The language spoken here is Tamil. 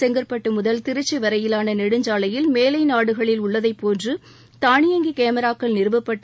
செங்கற்பட்டு முதல் திருச்சி வரையிவான நெடுஞ்சாலையில் மேலைநாடுகளில் உள்ளதைப் போன்று தாளியங்கி கேமராக்கள் நிறுவப்பட்டு